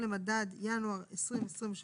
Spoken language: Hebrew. יסוד במכפלת ימי חג (9 ימים בשנה),